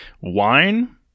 wine